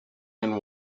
and